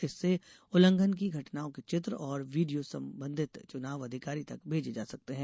इससे उल्लंघन की घटनाओं के चित्र और वीडियो संबंधित चुनाव अधिकारी तक भेजे जा सकते हैं